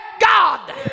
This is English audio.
God